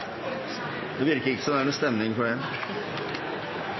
Det virker ikke som om det er stemning for det.